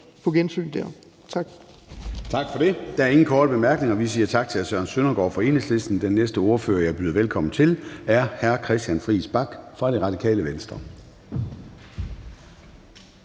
(Søren Gade): Tak for det. Der er ingen korte bemærkninger. Vi siger tak til hr. Søren Søndergaard fra Enhedslisten. Den næste ordfører, jeg byder velkommen til, er hr. Christian Friis Bach fra Radikale Venstre.